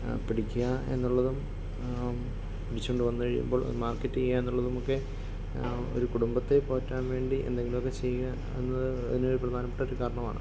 ആ പിടിക്കാന് എന്നുള്ളതും പിടിച്ചുകൊണ്ട് വന്ന് കഴിയുമ്പോൾ അത് മാർക്കറ്റ് ചെയ്യുക എന്നുള്ളതുമൊക്കെ ഒരു കുടുംബത്തെ പോറ്റാൻ വേണ്ടി എന്തെങ്കിലുമൊക്കെ ചെയ്യുക എന്നത് അതിനൊര് പ്രധാനപ്പെട്ടൊര് കാരണമാണ്